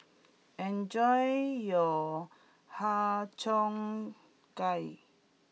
enjoy your Har Cheong Gai